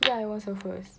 yeah it was her first